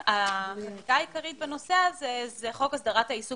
החקיקה העיקרית בנושא הזה היא חוק הסדרת העיסוק